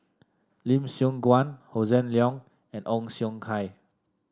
Lim Siong Guan Hossan Leong and Ong Siong Kai